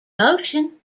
motion